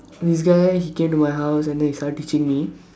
this guy he came to my house and then he started teaching me